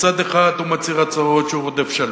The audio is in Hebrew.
מצד אחד, הוא מצהיר הצהרות שהוא רודף שלום.